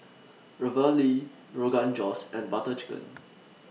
Ravioli Rogan Josh and Butter Chicken